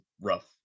rough